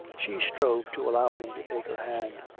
she strove to allow him to take her hand,